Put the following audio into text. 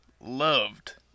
loved